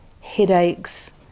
headaches